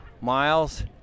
miles